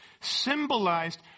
symbolized